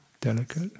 delicate